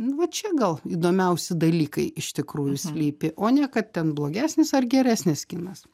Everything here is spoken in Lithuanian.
nu va čia gal įdomiausi dalykai iš tikrųjų slypi o ne kad ten blogesnis ar geresnis kinas